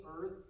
earth